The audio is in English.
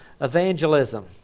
evangelism